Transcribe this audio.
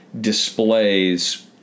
displays